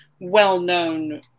well-known